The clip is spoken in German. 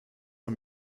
mal